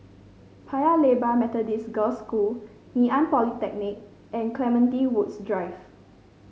Paya Lebar Methodist Girls School Ngee Ann Polytechnic and Clementi Woods Drive